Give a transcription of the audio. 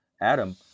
adam